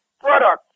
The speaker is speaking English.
product